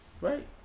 right